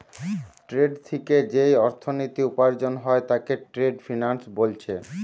trade থিকে যেই অর্থনীতি উপার্জন হয় তাকে ট্রেড ফিন্যান্স বোলছে